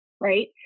right